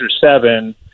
seven